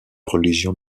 religion